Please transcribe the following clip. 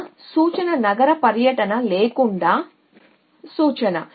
కొత్త సూచన నగర పర్యటన లేకుండా సూచన